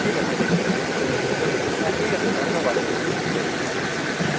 ঠিক আছে ঠিক আছে হ্যাঁ ঠিক আছে ধন্যবাদ হুম